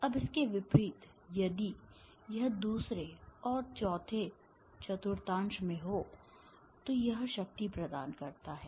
अब इसके विपरीत यदि यह दूसरे और चौथे चतुर्थांश में हो तो यह शक्ति प्रदान करता है